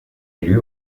élus